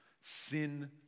sin